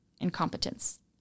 incompetence